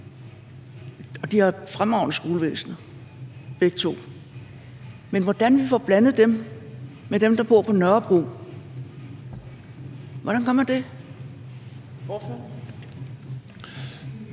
De har et fremragende skolevæsen begge to. Men hvordan får vi blandet dem med dem, der bor på Nørrebro? Hvordan gør man det? Kl.